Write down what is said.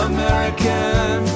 American